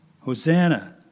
Hosanna